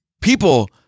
People